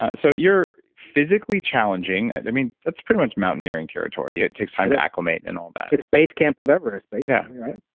ah so you're physically challenging. i mean, that's pretty much mountaineering territory. it takes time to acclimate and all that it's basecamp of everest but yeah basically, right?